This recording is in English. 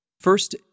First